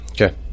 Okay